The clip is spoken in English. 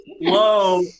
Whoa